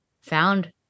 found